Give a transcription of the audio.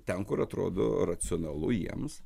ten kur atrodo racionalu jiems